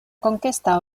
conquesta